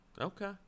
Okay